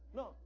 no